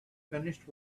finished